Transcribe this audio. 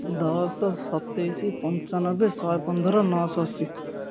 ଦଶ ସତେଇଶି ପଞ୍ଚାନବେ ଶହେ ପନ୍ଦର ନଅଶହ ଅଶି